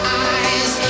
eyes